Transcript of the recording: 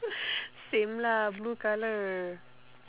same lah blue colour